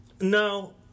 No